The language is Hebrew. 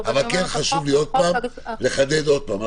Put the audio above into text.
אבל חשוב לי לחדד שוב.